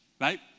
Right